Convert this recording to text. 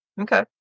Okay